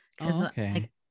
Okay